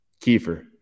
Kiefer